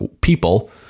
people